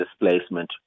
displacement